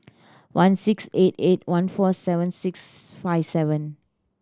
one six eight eight one four seven six five seven